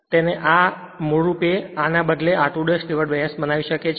તેને આ અને આ મૂળ રૂપે આ ના બદલે r2S બનાવી શકે છે